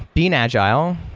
being agile,